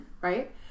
Right